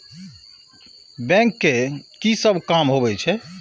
Bank के की सब काम होवे छे?